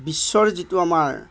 বিশ্বৰ যিটো আমাৰ